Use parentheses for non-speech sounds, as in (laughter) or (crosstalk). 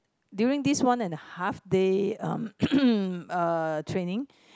during this one and a half day um (coughs) uh training